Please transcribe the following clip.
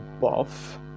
buff